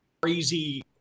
crazy